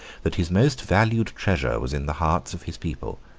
that his most valued treasure was in the hearts of his people,